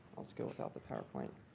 i'll just go without the powerpoint.